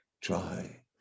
try